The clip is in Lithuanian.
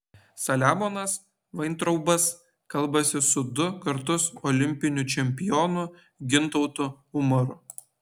saliamonas vaintraubas kalbasi su du kartus olimpiniu čempionu gintautu umaru